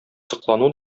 соклану